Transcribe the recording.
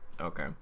Okay